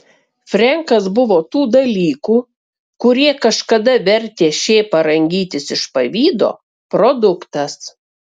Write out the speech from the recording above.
frenkas buvo tų dalykų kurie kažkada vertė šėpą rangytis iš pavydo produktas